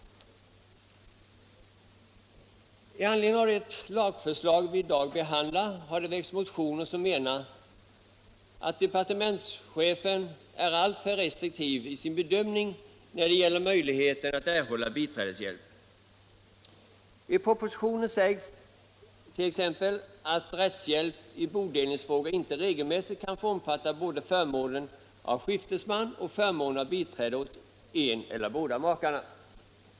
I anledning av det lagförslag vi i dag behandlar har det väckts motioner, där man menar att departementschefen är alltför restriktiv i sin bedömning när det gäller möjligheten att erhålla biträdeshjälp. I propositionen sägs t.ex. att rättshjälp i bodelningsfråga inte regelmässigt kan få omfatta både förmånen av skiftesman och förmånen av biträde åt en eller båda makarna.